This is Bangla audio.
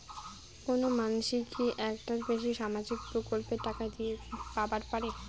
কোনো মানসি কি একটার বেশি সামাজিক প্রকল্পের টাকা পাবার পারে?